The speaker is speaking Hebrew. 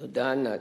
תודה, עינת.